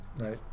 right